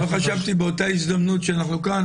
חשבתי שבאותה הזדמנות שאנחנו כאן,